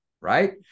right